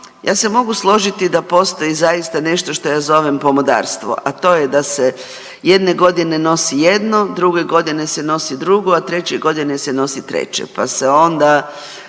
ja se mogu složiti da postoji zaista nešto što ja zovem pomodarstvo, a to je da se jedne godine nosi jedno, druge godine se nosi drugo, a treće godine se nosi treće pa se onda